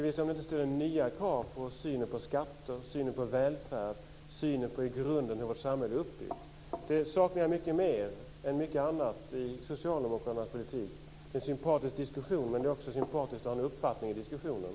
Ställer den inte nya krav när det gäller synen på skatter, på välfärd och på hur grunden i vårt samhälle är uppbyggd? Det saknar jag mer än mycket annat i Socialdemokraternas politik. Det är en sympatisk diskussion, men det är också sympatiskt att ha en uppfattning i diskussionen.